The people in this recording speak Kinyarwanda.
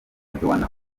joannah